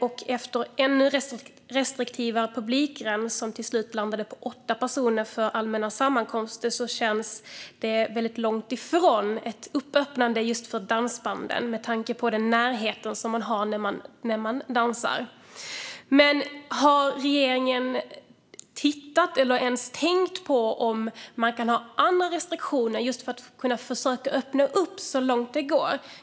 Efter en ännu restriktivare publikgräns som till slut landade på åtta personer för allmänna sammankomster känns det långt ifrån ett öppnande för dansbanden med tanke på närheten vid dans. Har regeringen tittat eller ens tänkt på om det går att ha andra restriktioner just för att försöka öppna så långt det går?